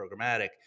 programmatic